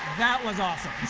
that was awesome.